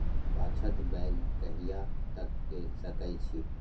पछात बौग कहिया तक के सकै छी?